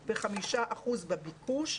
35% בביקוש.